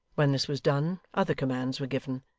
when this was done, other commands were given,